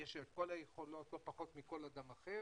שיש לו את כל היכולות לא פחות מכל אדם אחר,